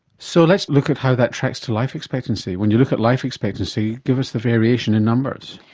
so let's look at how that tracks to life expectancy. when you look at life expectancy, give us the variation in numbers.